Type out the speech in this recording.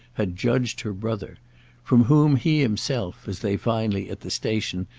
had judged her brother from whom he himself, as they finally, at the station,